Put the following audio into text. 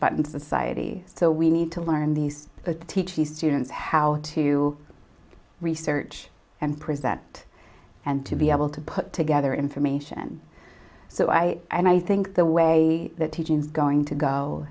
button society so we need to learn these to teach the students how to research and present and to be able to put together information so i and i think the way that teaching is going to go